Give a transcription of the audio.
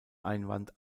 einwand